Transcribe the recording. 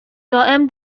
دائم